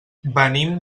venim